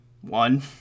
One